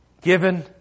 Given